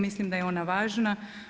Mislim da je ona važna.